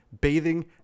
bathing